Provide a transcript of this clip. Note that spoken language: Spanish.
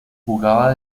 jugaba